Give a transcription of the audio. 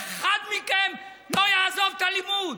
אחד מכם לא יעזוב את הלימוד.